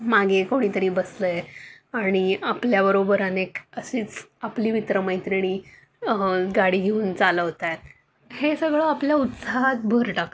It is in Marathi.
मागे कोणीतरी बसलं आहे आणि आपल्याबरोबर अनेक अशीच आपली मित्रमैत्रिणी गाडी घेऊन चालवत आहेत हे सगळं आपल्या उत्साहात भर टाकतो